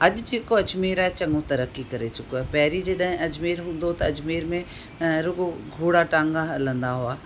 अॼु जेको अजमेर आहे चङो तरक़ी करे चुको आहे पहिरीं जॾहिं अजमेर हूंदो त अजमेर में रुॻो घोड़ा टांगा हलंदा हुआ